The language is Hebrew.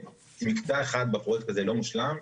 אם מקטע אחד בפרויקט הזה לא מושלם,